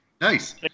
nice